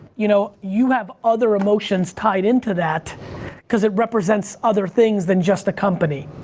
you know you have other emotions tied into that cause it represents other things than just a company.